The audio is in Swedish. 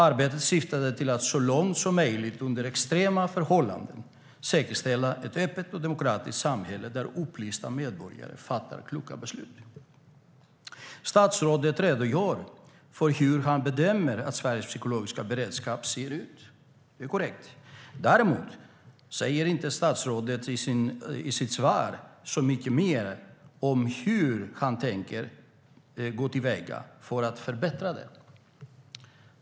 Arbetet syftade till att så långt som möjligt under extrema förhållanden säkerställa ett öppet och demokratiskt samhälle där upplysta medborgare fattar kloka beslut. Statsrådet redogör för hur han bedömer att Sveriges psykologiska beredskap ser ut. Det är korrekt. Däremot säger inte statsrådet i sitt svar så mycket mer om hur han tänker gå till väga för att förbättra den.